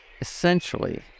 Essentially